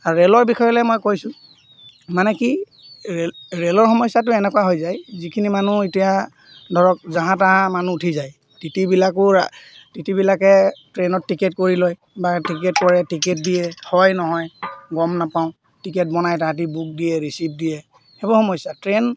আৰু ৰে'লৰ বিষয়লৈ মই কৈছোঁ মানে কি ৰে'ল ৰে'লৰ সমস্যাটো এনেকুৱা হৈ যায় যিখিনি মানুহ এতিয়া ধৰক জাহা তাহাঁ মানুহ উঠি যায় টিটিবিলাকো টিটিবিলাকে ট্ৰেইনত টিকেট কৰি লয় বা টিকেট কৰে টিকেট দিয়ে হয় নহয় গম নাপাওঁ টিকেট বনাই তাহাঁতি বুক দিয়ে ৰিচিপ্ট দিয়ে সেইবোৰ সমস্যা ট্ৰেইন